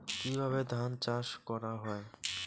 কিভাবে ধান চাষ করা হয়?